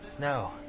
No